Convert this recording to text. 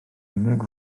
unig